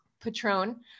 Patron